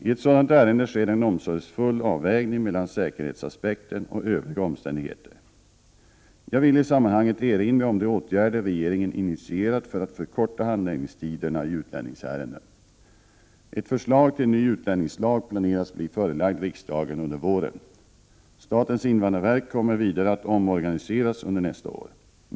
I ett sådant ärende sker en omsorgsfull avvägning mellan säkerhetsaspekten och övriga omständigheter. Jag vill i sammanhanget erinra om de åtgärder regeringen initierat för att förkorta handläggningstiderna i utlänningsärenden. Ett förslag till ny utlänningslag planeras bli förelagt riksdagen under våren. Statens invandrarverk kommer vidare att omorganiseras under nästa år.